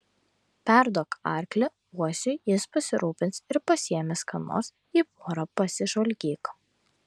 perduok arklį uosiui jis pasirūpins ir pasiėmęs ką nors į porą pasižvalgyk